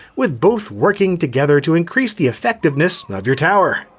with both working together to increase the effectiveness of your tower.